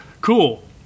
Cool